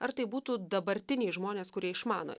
ar tai būtų dabartiniai žmonės kurie išmano